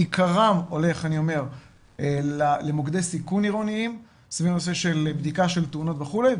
עיקרם הולך למוקדי סיכון עירוניים סביב הנושא של בדיקה של תאונות וכולי,